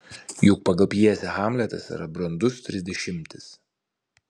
juk pagal pjesę hamletas yra brandus trisdešimtis